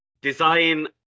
design